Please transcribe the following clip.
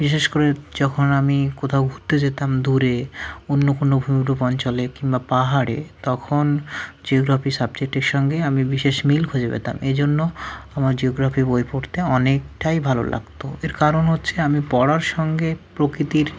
বিশেষ করে যখন আমি কোথাও ঘুরতে যেতাম দূরে অন্য কোনো ভূমিরূপ অঞ্চলে কিম্বা পাহাড়ে তখন জিওগ্রাফি সাবজেক্টের সঙ্গে আমি বিশেষ মিল খুঁজে পেতাম এ জন্য আমার জিওগ্রাফি বই পড়তে অনেকটাই ভালো লাগতো এর কারণ হচ্ছে আমি পড়ার সঙ্গে প্রকৃতির